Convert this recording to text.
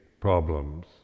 problems